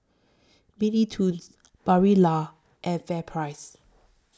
Mini Toons Barilla and FairPrice